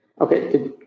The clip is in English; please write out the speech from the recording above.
Okay